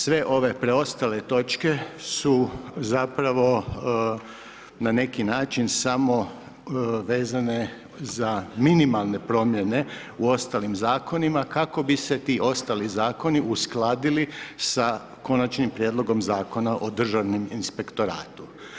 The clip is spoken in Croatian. Sve ove preostale točke su zapravo su na neki način samo vezane za minimalne promjene u ostalim zakonima kako bi se ti ostali zakoni uskladili sa Konačnim prijedlogom Zakona o Državnom inspektoratu.